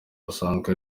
basanzwe